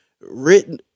written